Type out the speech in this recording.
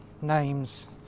names